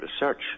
research